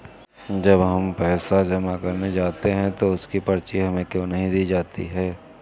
जब हम पैसे जमा करने जाते हैं तो उसकी पर्ची हमें क्यो नहीं दी जाती है?